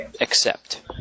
accept